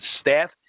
staff